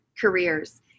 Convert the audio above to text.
careers